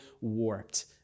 warped